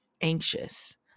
anxious